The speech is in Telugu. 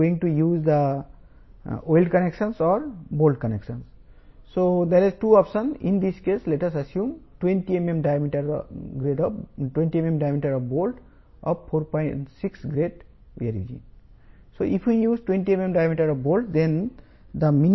6 యొక్క 20 mm వ్యాసం కలిగిన బోల్ట్లను అందిద్దాం